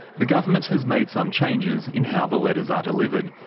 the government has made some changes in how the letters are delivered.